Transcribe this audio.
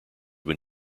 when